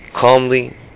calmly